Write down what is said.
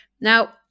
Now